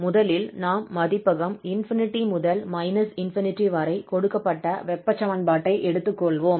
முதலில் நாம் மதிப்பகம் ∞ முதல் −∞ வரை கொடுக்கப்பட்ட வெப்ப சமன்பாட்டை எடுத்துக் கொள்வோம்